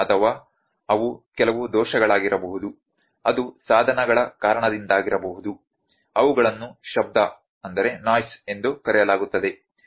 ಅಥವಾ ಅವು ಕೆಲವು ದೋಷಗಳಾಗಿರಬಹುದು ಅದು ಸಾಧನಗಳ ಕಾರಣದಿಂದಾಗಿರಬಾರದು ಅವುಗಳನ್ನು ಶಬ್ದ ಎಂದು ಕರೆಯಲಾಗುತ್ತದೆ